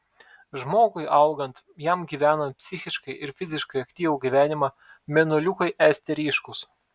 žmogui augant jam gyvenant psichiškai ir fiziškai aktyvų gyvenimą mėnuliukai esti ryškūs